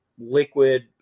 liquid